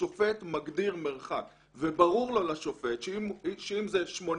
השופט מגדיר מרחק וברור לו לשופט שאם זה 80